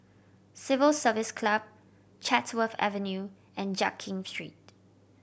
Civil Service Club Chatsworth Avenue and Jiak Kim Street